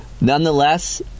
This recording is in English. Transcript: Nonetheless